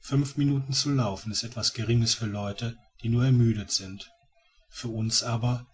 fünf minuten zu laufen ist etwas geringes für leute die nur ermüdet sind für uns aber